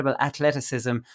athleticism